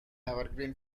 evergreen